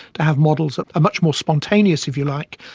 to have models that are much more spontaneous, if you like,